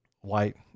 White